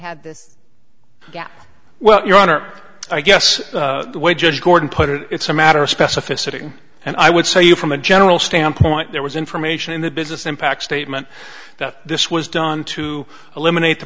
had this gap well your honor i guess the way judge gordon put it it's a matter of specificity and i would say you from a general standpoint there was information in the business impact statement that this was done to eliminate the